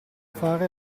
fare